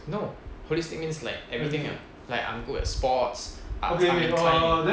no holistic means like everything ah like I'm good at sports ah climbing team